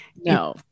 no